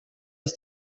ist